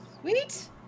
Sweet